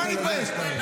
ממה להתבייש, ממך?